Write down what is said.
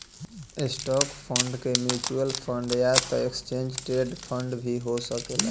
stock fund के mutual fund या त एक्सचेंज ट्रेड फंड भी हो सकेला